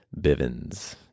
Bivens